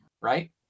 Right